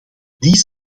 die